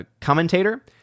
commentator